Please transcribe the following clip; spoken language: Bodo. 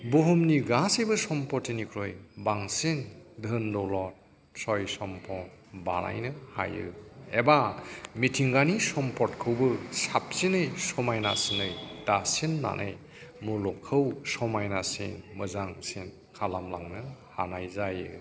बुहुमनि गासैबो समफथिनिख्रुय बांसिन धोन दौलद चय समफ्द बानायनो हायो एबा मिथिंगानि समफ्दखौबो साबसिनै समायनासिनै दासिननानै मुलुगखौ समायनासिन मोजांसिन खालामलांनो हानाय जायो